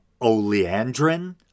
oleandrin